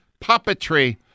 puppetry